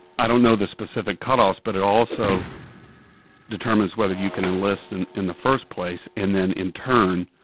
i don't know the specific cutoffs, but it also determines whether you can enlist and in the first place, and then, in turn,